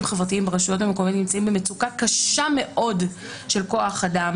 חברתיים ברשויות המקומיות נמצאים במצוקה קשה מאוד של כוח אדם